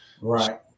Right